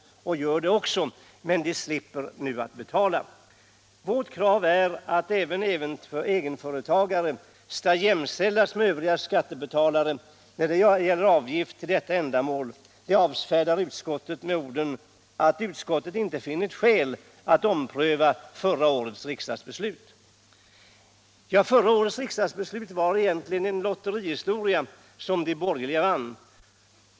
Men de slipper nu betala. Vårt krav att även egenföretagare skall jämställas med övriga skattebetalare när det gäller avgift till detta ändamål avfärdar utskottet med orden att utskottet inte finner skäl att ompröva förra årets riksdagsbeslut. Ja, förra årets riksdagsbeslut var egentligen en lotthistoria som de borgerliga vann.